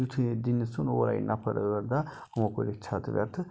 یُتھٕے دٕنِتھ ژھُن اورٕ آیہِ نَفَر ٲٹھ دہ تمو کوٚر یہِ ژھیٚتہٕ ویٚتہٕ